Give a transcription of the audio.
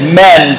men